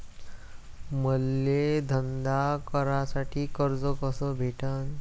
मले धंदा करासाठी कर्ज कस भेटन?